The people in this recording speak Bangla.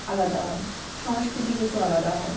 আলাদা হয় সংস্কৃতি কিছু আলাদা হয়